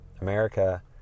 America